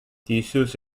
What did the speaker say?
theseus